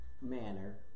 manner